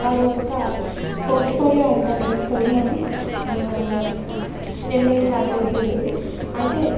వారి యొక్క పోర్ట్ఫోలియో అంతా తీసుకుని మనం నిర్ణయించాల్సి ఉంటుంది అయితే